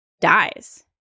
dies